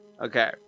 Okay